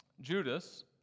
Judas